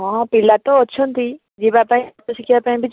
ହଁ ପିଲାତ ଅଛନ୍ତି ଯିବା ପାଇଁ ନାଚ ଶିଖିବା ପାଇଁ ବି ଚାହୁଁ